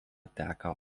teka